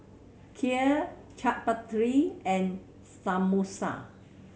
Kheer Chaat Papri and Samosa